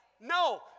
No